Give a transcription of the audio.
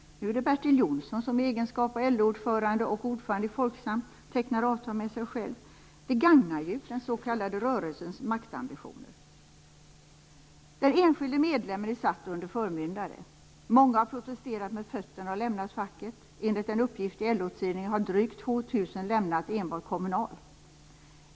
Nu är det Bertil Jonsson som i egenskap av LO-ordförande och ordförande i Folksam tecknar avtal med sig själv. Det gagnar ju den s.k. rörelsens maktambitioner. Den enskilda medlemmen är satt under förmyndare. Många har protesterat med fötterna och lämnat facket. Enligt en uppgift i LO-tidningen har drygt 2 000 lämnat enbart Kommunal.